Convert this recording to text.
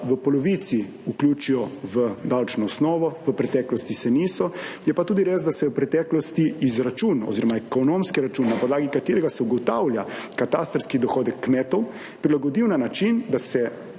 v polovici vključijo v davčno osnovo, v preteklosti se niso. Je pa tudi res, da se je v preteklosti izračun oziroma ekonomski račun, na podlagi katerega se ugotavlja katastrski dohodek kmetov prilagodil na način, da se